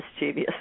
mischievous